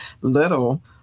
little